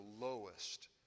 lowest